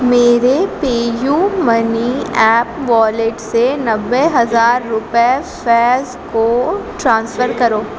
میرے pay U money app wallet سے نوے ہزار روپے فیض کو ٹرانسفر کرو